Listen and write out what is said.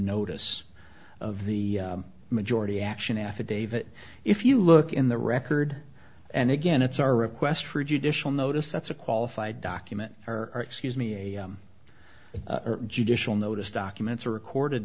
notice of the majority action affidavit if you look in the record and again it's our request for a judicial notice that's a qualified document or excuse me a judicial notice documents are recorded